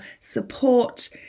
support